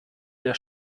der